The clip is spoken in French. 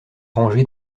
rangé